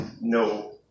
no